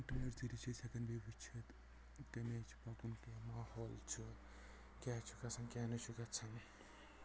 internet ذٔریعہِ چھِ أسۍ ہٮ۪کان بیٚیہِ وٕچھِتھ تَمِچ پرابلِم کیٚاہ ماحول چھُ کیاہ چھُ گژھان کیٚاہ نہٕ چھُ گژھان